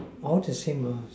all the same mah